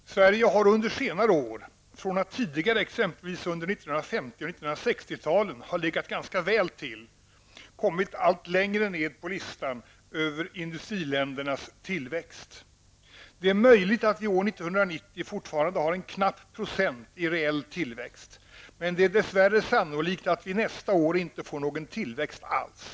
Herr talman! Sverige har under senare år från att tidigare ha legat ganska väl till, exempelvis under 1950 och 1960-talen, kommit allt längre ned på listan över industriländernas tillväxt. Det är möjligt att vi år 1990 fortfarande har en knapp procent i reell tillväxt, men det är dess värre sannolikt att vi nästa år inte får någon tillväxt alls.